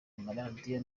amaradiyo